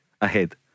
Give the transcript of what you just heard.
ahead